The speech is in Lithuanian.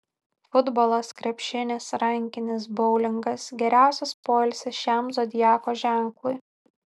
futbolas krepšinis rankinis boulingas geriausias poilsis šiam zodiako ženklui